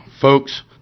Folks